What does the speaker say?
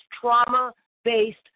trauma-based